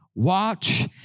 Watch